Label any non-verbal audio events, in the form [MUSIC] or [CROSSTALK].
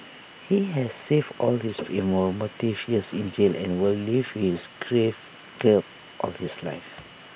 he has save all his fill [NOISE] more motive years in jail and will live is grave guilt all his life